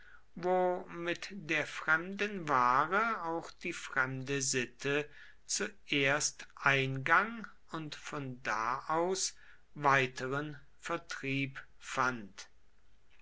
wo mit der fremden ware auch die fremde sitte zuerst eingang und von da aus weiteren vertrieb fand